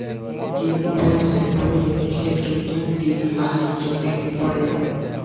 गेंहू बोऐ से पहिले खेत के दू तीन हाली जोते के पड़ेला